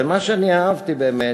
ומה שאני אהבתי באמת,